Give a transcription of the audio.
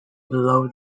below